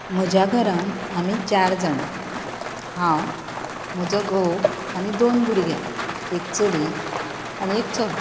म्हज्या घरांत आमी चार जाणां हांव म्हजो घोव आनी दोन भुरग्यां एक चली आनी एक चलो